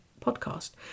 podcast